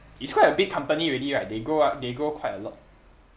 it's quite a big company already right they grow up they grow quite a lot